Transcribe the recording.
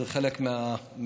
זה חלק מהדמוקרטיה,